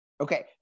Okay